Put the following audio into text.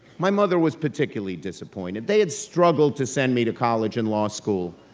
my mother was particularly disappointed. they had struggled to send me to college and law school.